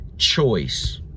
choice